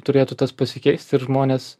turėtų tas pasikeist ir žmonės